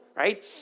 Right